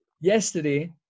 Yesterday